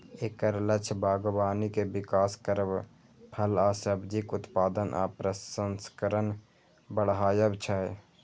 एकर लक्ष्य बागबानी के विकास करब, फल आ सब्जीक उत्पादन आ प्रसंस्करण बढ़ायब छै